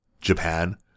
Japan